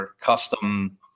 custom